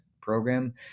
program